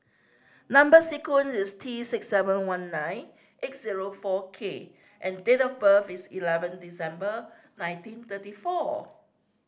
number sequence is T six seven one nine eight zero four K and date of birth is eleven December nineteen thirty four